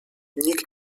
nikt